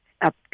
Up